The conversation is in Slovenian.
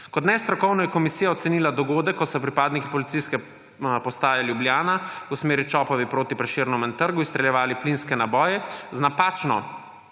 kot nestrokovno je komisija ocenila dogodek, ko so pripadniki Policijske postaje Ljubljana v smeri Čopove proti Prešernovem trgu izstreljevali plinske naboje z napačno